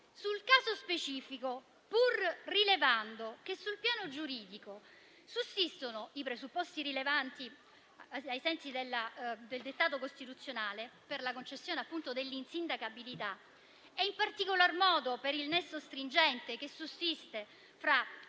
il caso specifico, pur rilevando che sul piano giuridico sussistono i presupposti rilevanti, ai sensi del dettato costituzionale, per la concessione dell'insindacabilità - in particolar modo per il nesso stringente che sussiste fra atto